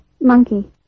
Monkey